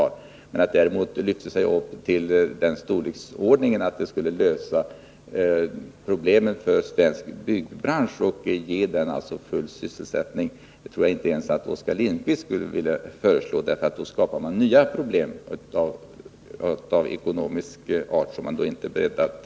Att det skulle lyftas upp till en sådan storleksordning att det skulle lösa problemen för den svenska byggbranschen och ge den full sysselsättning tror jag däremot inte att ens Oskar Lindkvist vill föreslå. Då skulle man bara skapa nya problem, av ekonomisk art, som man inte är beredd att lösa.